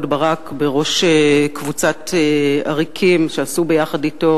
ברק בראש קבוצת עריקים שעשו יחד אתו